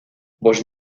bost